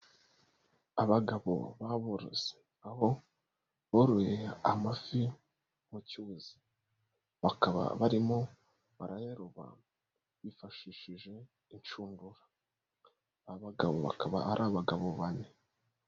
Abagabo b'aboroze aho boroye amafi mu cyuzi, bakaba barimo barayaroba bifashishije inshudura, abagabo bakaba ari abagabo bane.